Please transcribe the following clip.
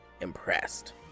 impressed